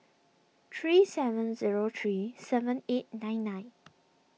three seven zero three seven eight nine nine